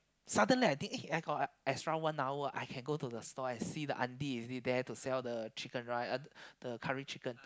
suddenly I think eh I got extra one hour I can go to the stall and see the aunty is it there to sell the chicken rice uh the curry chicken